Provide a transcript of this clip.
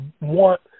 want